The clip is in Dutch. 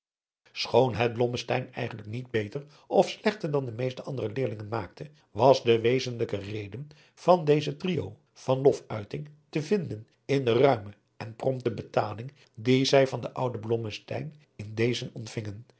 schoon het blommesteyn eigenlijk niet beter of slechter dan de meeste andere leerlingen maakte was de wezenlijke reden van dezen triö van loftuiting te vinden in de ruime en prompte betaling die zij van den ouden blommesteyn in dezen ontvingen